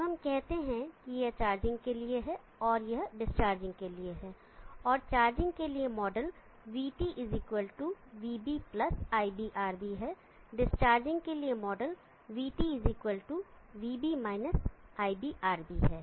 अब हम कहते हैं कि यह चार्जिंग के लिए है और यह डिस्चार्जिंग के लिए है और चार्जिंग के लिए मॉडल vT vB iBRB है डिस्चार्जिंग के लिए मॉडल vT vB iBRB है